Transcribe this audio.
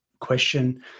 question